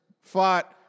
fought